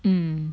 mm